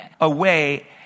away